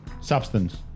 Substance